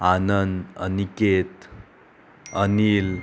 Anand Aniket Anil